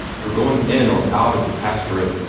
or going in or out of the pastorate.